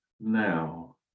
now